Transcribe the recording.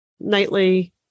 nightly